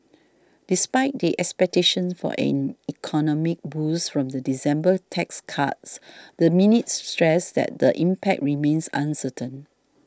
despite the expectations for an economic boost from the December tax cuts the minutes stressed that the impact remains uncertain